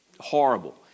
horrible